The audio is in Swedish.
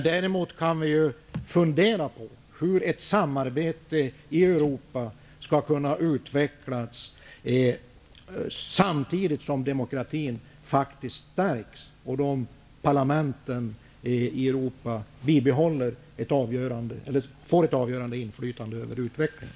Däremot kan vi ju fundera på hur ett samarbete i Europa skall kunna utvecklas samtidigt som demokratin faktiskt stärks och parlamenten i Europa får ett avgörande inflytande över utvecklingen.